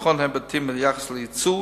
לבחון היבטים ביחס ליצוא,